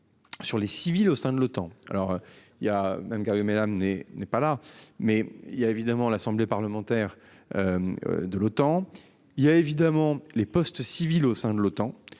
Sur les civils au sein de l'OTAN. Alors il y a même. Amener n'est pas là mais il y a évidemment l'Assemblée parlementaire. De l'OTAN. Il y a évidemment les postes civils au sein de l'OTAN.